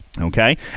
Okay